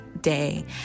day